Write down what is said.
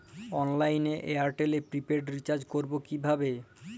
অনলাইনে এয়ারটেলে prepaid recharge করবো কিভাবে?